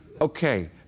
okay